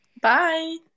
Bye